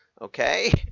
okay